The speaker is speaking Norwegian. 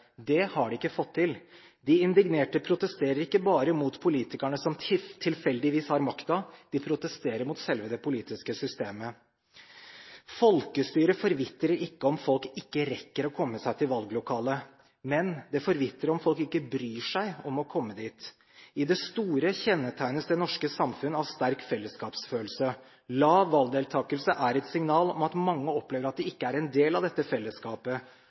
Det har de ikke fått til. De indignerte protesterer ikke bare mot de politikerne som tilfeldigvis har makta, de protesterer mot selve det politiske systemet. Folkestyret forvitrer ikke om folk ikke rekker å komme seg til valglokalet, men det forvitrer om folk ikke bryr seg om å komme dit. I det store kjennetegnes det norske samfunn av sterk fellesskapsfølelse. Lav valgdeltakelse er et signal om at mange opplever at de ikke er en del av dette fellesskapet